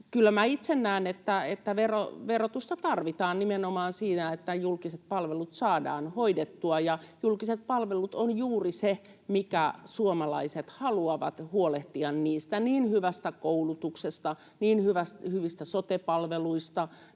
itse näen, että verotusta tarvitaan nimenomaan siinä, että julkiset palvelut saadaan hoidettua, ja julkiset palvelut on juuri se, josta suomalaiset haluavat huolehtia — hyvästä koulutuksesta, hyvistä sote-palveluista,